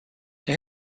they